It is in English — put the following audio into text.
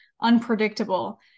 unpredictable